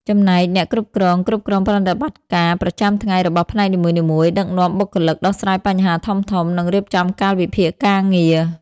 ចំណែកអ្នកគ្រប់គ្រង គ្រប់គ្រងប្រតិបត្តិការប្រចាំថ្ងៃរបស់ផ្នែកនីមួយៗ ដឹកនាំបុគ្គលិក ដោះស្រាយបញ្ហាធំៗ និងរៀបចំកាលវិភាគការងារ។